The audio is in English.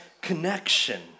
connection